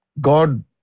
God